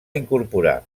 incorporar